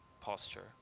posture